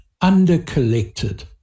under-collected